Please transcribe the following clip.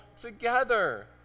together